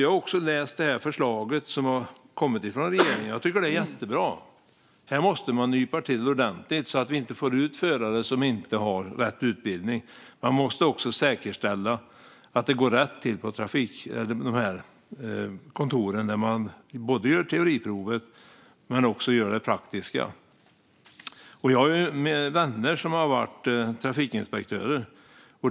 Jag har också läst förslaget som har kommit från regeringen, och jag tycker att det är jättebra. Här måste vi nypa till ordentligt så att vi inte får ut förare som inte har rätt utbildning. Vi måste också säkerställa att det går rätt till på de kontor där man gör teoriprov och praktiska prov. Jag har vänner som har varit trafikinspektörer.